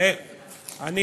אדוני השר,